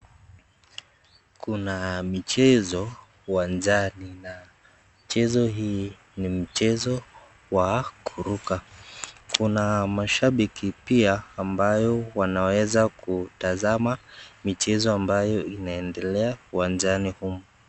Kuna michezo uwanjani na michezo huu ni mchezo wa kuruka, kuna mashabiki pia ambao wanaweza kutazama michezo ambao inaendelea uwanjani umu.